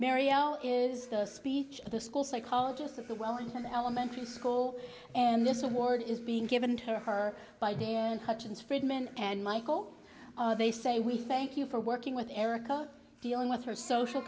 marielle is the speech of the school psychologist at the wellington elementary school and this award is being given to her by dan hutchens friedman and michael they say we thank you for working with erica dealing with her social